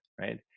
right